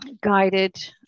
guided